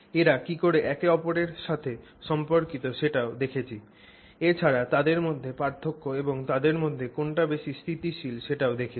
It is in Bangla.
এরা কিকরে একে ওপরের সাথে সম্পর্কিত সেটাও দেখেছি এছাড়া তাদের মধ্যে পার্থক্য এবং তাদের মধ্যে কোনটা বেশি স্থিতিশীল সেটাও দেখেছি